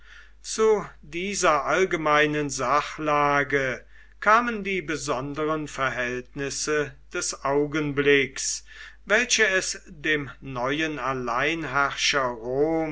zu dieser allgemeinen sachlage kamen die besonderen verhältnisse des augenblicks welche es dem neuen alleinherrscher